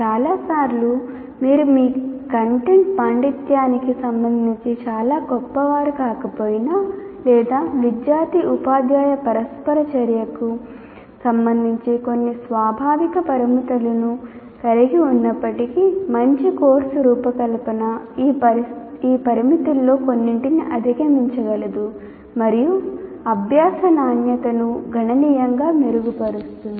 చాలా సార్లు మీరు మీ కంటెంట్ పాండిత్యానికి సంబంధించి చాలా గొప్పవారు కాకపోయినా లేదా విద్యార్థి ఉపాధ్యాయ పరస్పర చర్యకు సంబంధించి కొన్ని స్వాభావిక పరిమితులను కలిగి ఉన్నప్పటికీ మంచి కోర్సు రూపకల్పన ఈ పరిమితుల్లో కొన్నింటిని అధిగమించగలదు మరియు అభ్యాస నాణ్యతను గణనీయంగా మెరుగుపరుస్తుంది